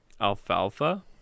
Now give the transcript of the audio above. Alfalfa